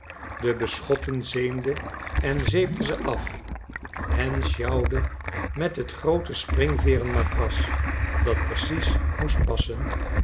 de beschotten zeemde en zeepte ze af hen sjouwde met het groote springveeren matras dat precies moest passen